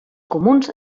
comuns